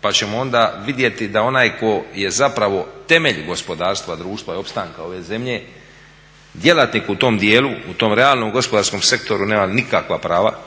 pa ćemo vidjeti onda da onaj tko je zapravo temelj gospodarstva društva i opstanka ove zemlje djelatnik u tom dijelu u tom realnom gospodarskom sektoru nema nikakva prava,